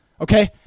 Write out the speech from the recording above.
Okay